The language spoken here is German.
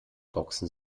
boxen